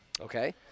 Okay